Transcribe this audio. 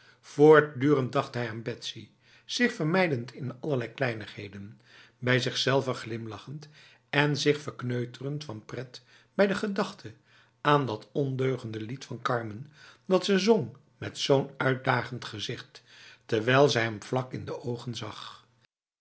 voortdurend dacht hij aan betsy zich vermeiend in allerlei kleinigheden bij zichzelve glimlachend en zich verkneuterend van pret bij de gedachte aan dat ondeugende lied van carmen dat ze zong met zo'n uitdagend gezicht terwijl ze hem vlak in de ogen zag